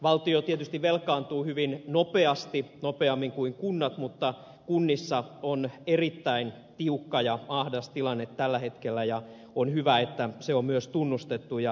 valtio tietysti velkaantuu hyvin nopeasti nopeammin kuin kunnat mutta kunnissa on erittäin tiukka ja ahdas tilanne tällä hetkellä ja on hyvä että se on myös tunnustettu ja on ryhdytty toimiin